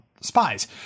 spies